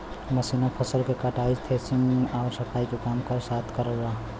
machine फसल क कटाई, थ्रेशिंग आउर सफाई के काम साथ साथ करलन